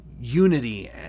unity